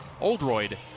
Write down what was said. Oldroyd